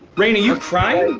rainn are you crying?